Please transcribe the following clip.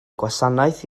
gwasanaeth